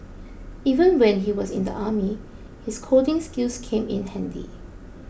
even when he was in the army his coding skills came in handy